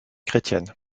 chrétiennes